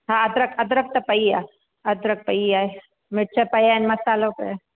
हा अदरक अदरक त पई आहे अदरक पई आ मिर्च पिया आहिनि मसालो पियो आहे